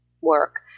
work